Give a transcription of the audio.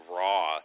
raw